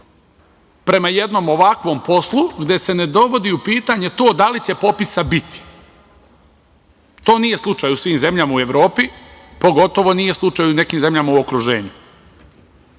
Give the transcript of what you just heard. prema jednom ovakvom poslu, gde se ne dovodi u pitanje to da li će popisa biti. To nije slučaj u svim zemljama u Evropi, pogotovo nije slučaj u nekim zemljama u okruženju. Sledeća